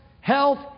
health